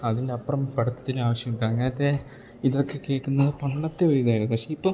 അതിൻ്റെ അപ്പുറം പഠിത്തത്തിന് ആവശ്യം അങ്ങനെത്തെ ഇതൊക്കെ കേൾക്കുന്നത് പണ്ടത്തെ ഒരു ഇതായിരുന്നു പക്ഷേ ഇപ്പം